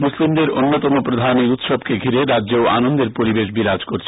মুসলিমদের অন্যতম প্রধান এই উৎসবকে ঘিরে রাজ্যেও আনন্দের পরিবেশ বিরাজ করছে